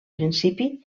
principi